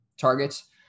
targets